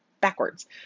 backwards